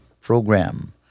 Program